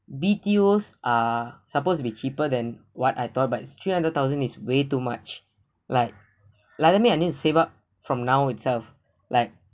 B_T_O's are supposed to be cheaper than what I thought but it's three hundred thousand is way too much like like let me I need to save up from now itself like